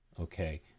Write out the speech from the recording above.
okay